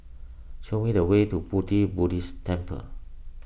show me the way to Pu Ti Buddhist Temple